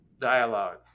dialogue